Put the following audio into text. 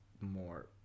more